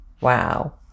Wow